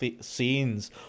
scenes